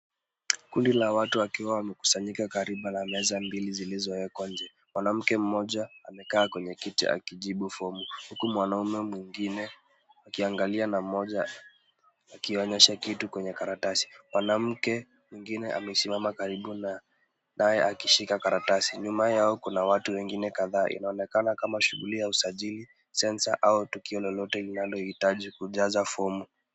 Kundi la watu wakiwa wamekusanyika karibu na meza mbili zilizowekwa nje. Mwanamke mmoja amekaa kwenye kiti akijibu fomu huku mwanamume mwingine akiangalia na mmoja akionyesha kitu kwenye karatasi. Mwanamke mwingine amesimama karibu naye akishika karatasi. Nyuma yao kuna watu wengine kadhaa. Inaokena kama shughuli ya usajili, sensa , au tukio lolote linalohitaji kujaza fomu.